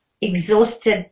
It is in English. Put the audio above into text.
exhausted